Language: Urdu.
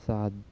سعد